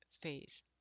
phase